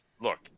look